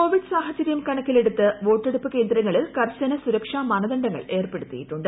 Covid സാഹചര്യം കൃണ്ണക്കിലെടുത്ത് വോട്ടെടുപ്പ് കേന്ദ്രങ്ങളിൽ കർശന സുരക്ഷാ മാനദണ്ഡങ്ങൾ ഏർപ്പെടുത്തിയിട്ടുണ്ട്